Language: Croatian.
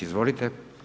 Izvolite.